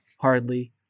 hardly